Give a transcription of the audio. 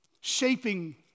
shaping